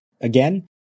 again